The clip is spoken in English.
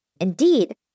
Indeed